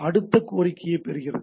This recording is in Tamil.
அடுத்த கோரிக்கையைப் பெறுகிறது